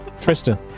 Tristan